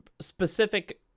specific